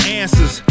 answers